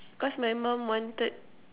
because my mom wanted